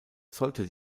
sollte